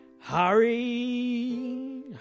Hurry